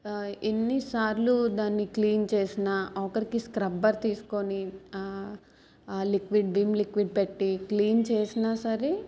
ఎన్నిసార్లు దాన్ని క్లీన్ చేసిన ఆఖరికి స్క్రబ్బర్ తీసుకొని లిక్విడ్ విం లిక్విడ్ పెట్టి క్లీన్ చేసినా సరే